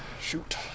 Shoot